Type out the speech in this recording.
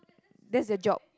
that's their job